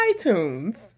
itunes